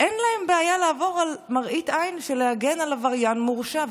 אין להם בעיה לעבור על מראית עין של להגן על עבריין מורשע.